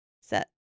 Set